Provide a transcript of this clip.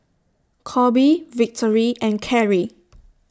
Coby Victory and Carie